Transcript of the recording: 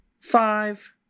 five